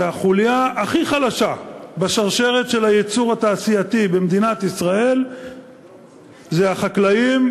והחוליה הכי חלשה בשרשרת של הייצור התעשייתי במדינת ישראל אלה החקלאים,